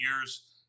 years